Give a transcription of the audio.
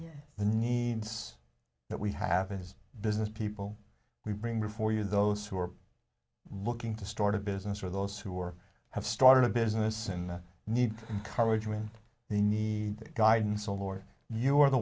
the needs that we have in his business people we bring before you those who are looking to start a business or those who are have started a business and need courage when they need guidance or more you are the